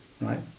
right